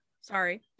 sorry